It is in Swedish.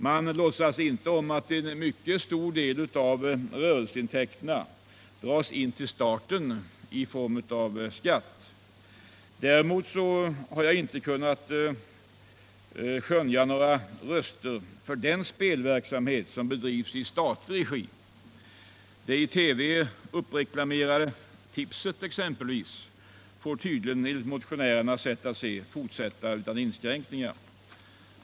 Man låtsas inte om att en mycket stor del av rörelseintäkterna dras in till staten i form av skatt. Däremot höjs inga röster mot den spelverksamhet som bedrivs i statlig regi. Det i TV uppreklamerade tipset får tydligen, enligt motionärernas sätt att se, fortsätta utan inskränkningar.